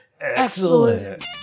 Excellent